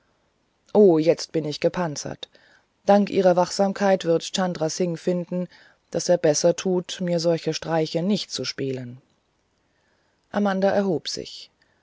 o jetzt bin ich gepanzert dank ihrer wachsamkeit wird chandra singh finden daß er besser tut mir solche streiche nicht zu spielen amanda erhob sich